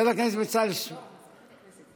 מזכירת הכנסת,